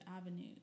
avenues